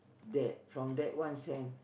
that from that one cent